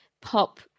pop